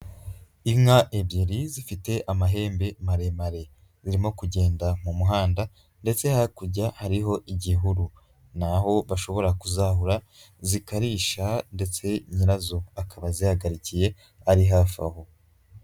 Inka ebyiri zifite amahembe maremare. Zirimo kugenda mu muhanda ndetse hakurya hariho igihuru. Ni aho bashobora kuzahura zikarisha ndetse nyirazo akaba azihagarikiye ari hafi aho.